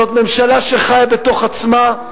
זאת ממשלה שחיה בתוך עצמה,